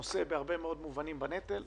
שנושא בהרבה מאוד מובנים בנטל.